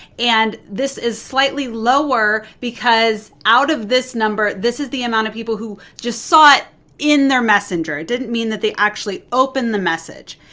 and this is slightly lower because out of this number, this is the amount of people who just saw it in their messenger. didn't mean that they actually open the message.